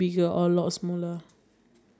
oh that's a very boring life